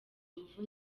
ingufu